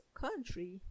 country